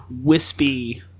wispy